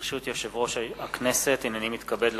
ברשות יושב-ראש הכנסת, הנני מתכבד להודיעכם,